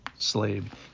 slave